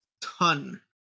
ton